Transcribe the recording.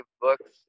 books